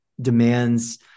demands